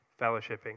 fellowshipping